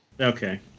Okay